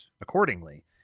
accordingly